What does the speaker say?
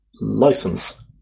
license